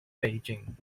beijing